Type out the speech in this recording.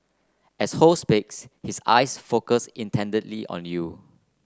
as Ho speaks his eyes focus intently on you